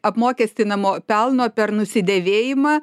apmokestinamo pelno per nusidėvėjimą